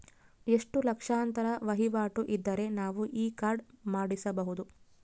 ಎಷ್ಟು ಲಕ್ಷಾಂತರ ವಹಿವಾಟು ಇದ್ದರೆ ನಾವು ಈ ಕಾರ್ಡ್ ಮಾಡಿಸಬಹುದು?